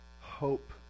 hope